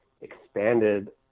expanded